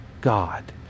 God